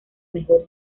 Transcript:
mejor